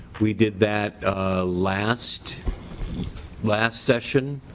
we did that last last session.